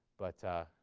but